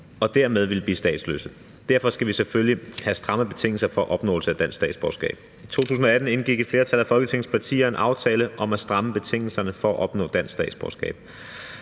og dermed ville blive statsløse. Derfor skal vi selvfølgelig have stramme betingelser for opnåelse af dansk statsborgerskab. I 2018 indgik et flertal af Folketingets partier en aftale om at stramme betingelserne for at opnå dansk statsborgerskab.